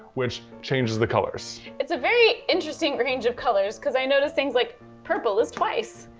which changes the colors. it's a very interesting range of colors, cause i notice things, like purple is twice.